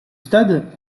stade